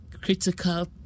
critical